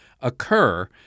occur